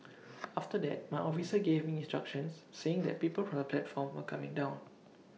after that my officer gave me instructions saying that people from the platform were coming down